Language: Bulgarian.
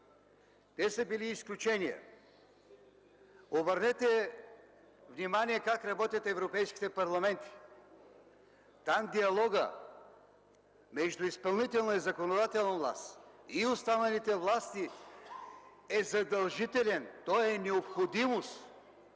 Те са били изключения. Обърнете внимание как работят европейските парламенти. Там диалогът между изпълнителна и законодателна власт, и останалите власти, е задължителен. Той е необходимост,